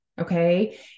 okay